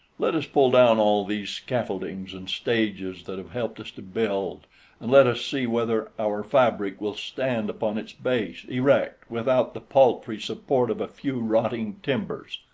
let us pull down all these scaffoldings and stages that have helped us to build, and let us see whether our fabric will stand upon its base, erect, without the paltry support of a few rotting timbers.